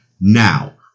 Now